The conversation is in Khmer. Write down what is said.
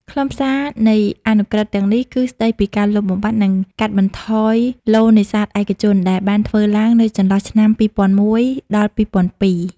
ខ្លឹមសារនៃអនុក្រឹត្យទាំងនេះ គឺស្តីពីការលុបបំបាត់ និងកាត់បន្ថយឡូតិ៍នេសាទឯកជន ដែលបានធ្វើឡើងនៅចន្លោះឆ្នាំ ២០០១-២០០២។